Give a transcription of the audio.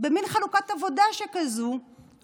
במין חלוקת עבודה שכזו כפי שבבית.